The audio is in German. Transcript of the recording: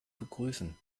begrüßen